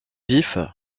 vif